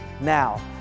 Now